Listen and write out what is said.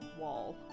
wall